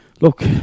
look